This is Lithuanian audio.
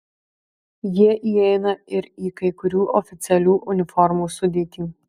jie įeina ir į kai kurių oficialių uniformų sudėtį